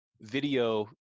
video